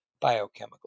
biochemical